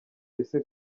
ese